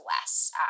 less